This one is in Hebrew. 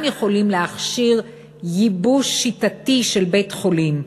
יכולים להכשיר ייבוש שיטתי של בית-החולים.